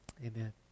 Amen